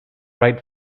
write